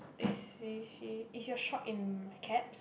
is is is your shop in caps